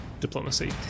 Diplomacy